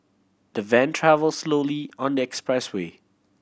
the van travel slowly on the expressway